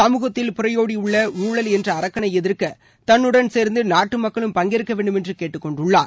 சமூகத்தில் புரையோடியுள்ள ஊழல் என்ற அரக்கனை எதிர்க்க தன்னுடன் சேர்ந்து நாட்டு மக்களும் பங்கேற்கவேண்டும் என்று கேட்டுக்கொண்டுள்ளார்